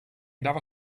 dava